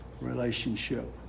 relationship